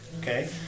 okay